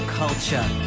culture